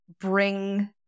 bring